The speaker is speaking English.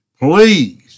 Please